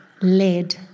Led